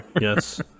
yes